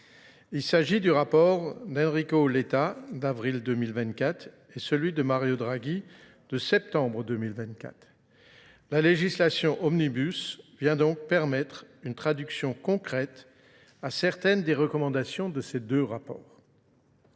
Il s'agit du rapport d'Enrico Letta d'avril 2024 et celui de Mario Draghi de septembre 2024. La législation Omnibus vient donc permettre une traduction concrète à certaines des recommandations de ces deux rapports.